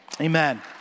Amen